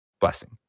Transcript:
blessing